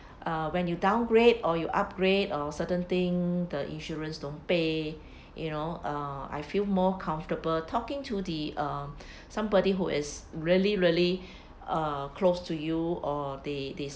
uh when you downgrade or you upgrade or certain thing the insurance don't pay you know err I feel more comfortable talking to the uh somebody who is really really uh close to you or they they